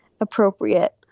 appropriate